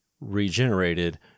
regenerated